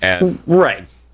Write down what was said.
Right